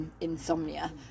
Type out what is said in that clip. insomnia